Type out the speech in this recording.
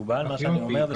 מקובל מה שאתה אומר,